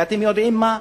אתם יודעים מה,